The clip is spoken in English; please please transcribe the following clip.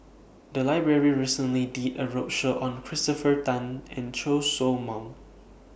The Library recently did A roadshow on Christopher Tan and Chen Show Mao